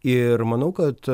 ir manau kad